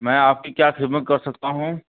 میں آپ کی کیا خدمت کر سکتا ہوں